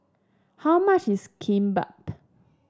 how much is Kimbap